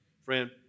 friend